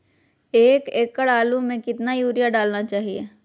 एक एकड़ आलु में कितना युरिया डालना चाहिए?